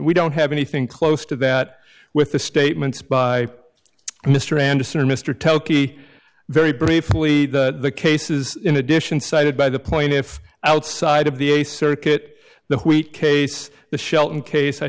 we don't have anything close to that with the statements by mr anderson and mr toki very briefly the case is in addition cited by the point if outside of the a circuit the wheat case the shelton case i